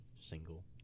single